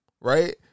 Right